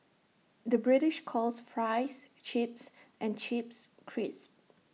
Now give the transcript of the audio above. the British calls Fries Chips and Chips Crisps